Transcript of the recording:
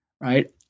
Right